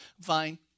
Fine